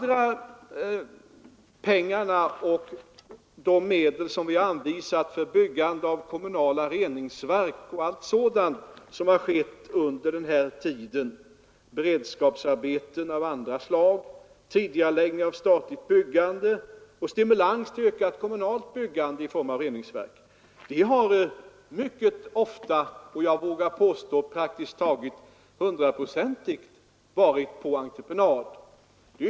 Resten av dessa pengar har vi anvisat för byggande för kommunala reningsverk och för liknande ändamål — beredskapsarbeten av andra slag, tidigareläggning av statligt byggande och stimulans till ökat kommunalt byggande av reningsverk. Dessa arbeten har mycket ofta — jag vågar påstå praktiskt taget 100-procentigt — utförts på entreprenad.